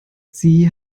sie